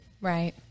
Right